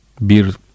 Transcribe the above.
bir